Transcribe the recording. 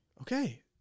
Okay